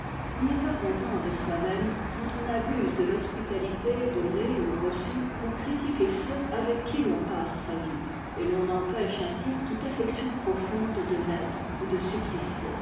on n'est pas content de soi-même quand on abuse de l'hospitalité donnée ou reçue pour critiquer ceux avec qui l'on passe sa vie et l'on empêche ainsi toute affection profonde de naître ou de subsister